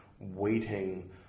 waiting